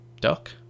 duck